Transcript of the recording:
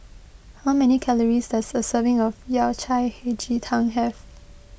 how many calories does a serving of Yao Cai Hei Ji Tang have